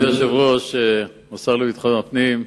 אדוני היושב-ראש, השר לביטחון הפנים,